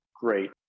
Great